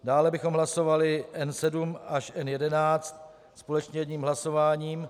Dále bychom hlasovali N7 až N11 společně jedním hlasováním.